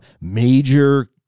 major